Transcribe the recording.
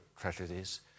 tragedies